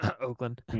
Oakland